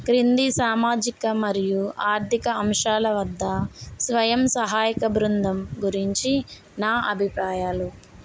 క్రింది సామాజిక మరియు ఆర్థిక అంశాల వద్ద స్వయం సహాయక బృందం గురించి నా అభిప్రాయాలు